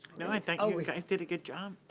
no, i think you guys did a good job.